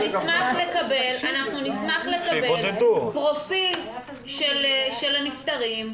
נשמח לקבל פרופיל של הנפטרים,